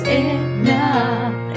enough